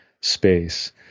space